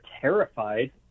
terrified